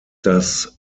das